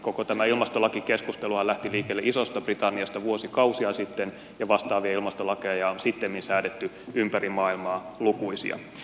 koko tämä ilmastolakikeskusteluhan lähti liikkeelle isosta britanniasta vuosikausia sitten ja vastaavia ilmastolakeja on sittemmin säädetty ympäri maailmaa lukuisia